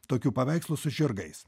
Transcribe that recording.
tokių paveikslų su žirgais